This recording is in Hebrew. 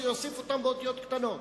שיוסיף אותן באותיות קטנות.